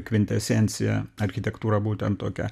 kvintesencija architektūra būtent tokia